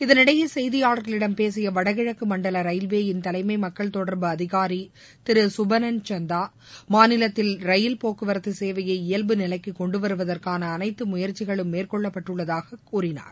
இதனிடையே செய்தியாளர்களிடம் பேசிய வடகிழக்கு மண்டல ரயில்வேயின் தலைமை மக்கள் தொடர்பு அதிகாரி திரு சுபனன் சந்தா மாநிலத்தில் ரயில் போக்குவரத்து சேவையை இயல்பு நிலைக்கு கொண்டு வருவதற்கான அனைத்து முயற்சிகளும் மேற்கொள்ளப்பட்டுள்ளதாகக் கூறினார்